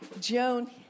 Joan